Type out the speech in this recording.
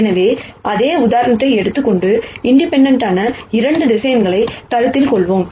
எனவே அதே உதாரணத்தை எடுத்துக் கொண்டு இண்டிபெண்டெண்ட் 2 வெக்டர்ஸ் கருத்தில் கொள்வோம்